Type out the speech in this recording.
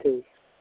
ठीक